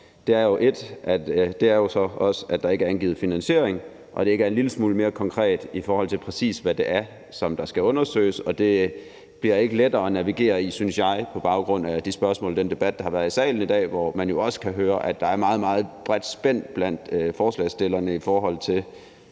dag er for os, at der ikke er angivet finansiering, og at det ikke er en lille smule mere konkret, i forhold til hvad det præcis er, som skal undersøges. Og det bliver ikke lettere at navigere i, synes jeg, på baggrund af de spørgsmål og den debat, der har været i salen i dag, hvor man jo også kan høre, at der er et meget, meget bredt spænd blandt forslagsstillerne, i forhold til